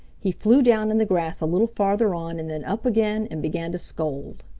he flew down in the grass a little farther on and then up again, and began to scold.